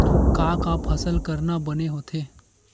का का फसल करना बने होथे?